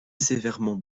sévèrement